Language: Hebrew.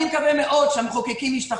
אני מקווה מאוד שהמחוקקים ישתכנעו.